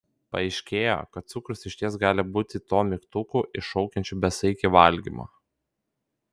paaiškėjo kad cukrus išties gali būti tuo mygtuku iššaukiančiu besaikį valgymą